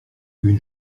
une